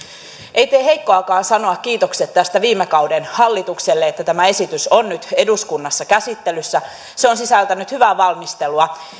ei tee heikkoakaan sanoa kiitokset viime kauden hallitukselle että tämä esitys on nyt eduskunnassa käsittelyssä se on sisältänyt hyvää valmistelua